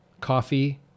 coffee